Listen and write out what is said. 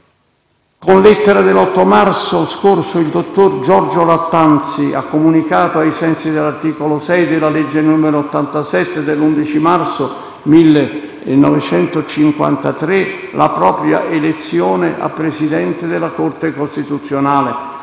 Con lettera dell'8 marzo scorso, il dottor Giorgio Lattanzi ha comunicato, ai sensi dell'articolo 6 della legge n. 87 dell'11 marzo 1953, la propria elezione a Presidente della Corte costituzionale.